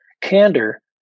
Candor